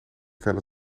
felle